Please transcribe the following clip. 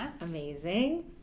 Amazing